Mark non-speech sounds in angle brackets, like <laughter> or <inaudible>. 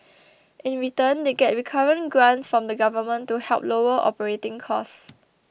<noise> in return they get recurrent grants from the Government to help lower operating costs